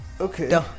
Okay